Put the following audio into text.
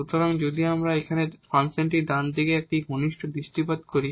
সুতরাং যদি আমরা এখানে এই ফাংশনের ডানদিকে একটি ঘনিষ্ঠ দৃষ্টিপাত করি